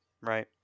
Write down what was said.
Right